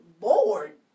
Bored